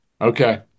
Okay